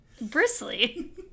Bristly